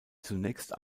zunächst